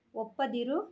ಒಪ್ಪದಿರು